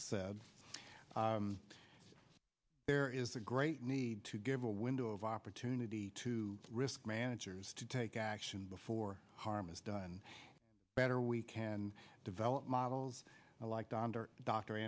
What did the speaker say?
said there is a great need to give a window of opportunity to risk managers to take action before harm is done better we can develop models like d